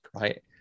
right